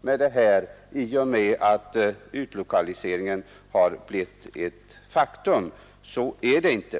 med att man också kan decentralisera en del av verksamheten först i och med att utlokaliseringen blivit ett faktum. Så är det inte.